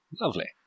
Lovely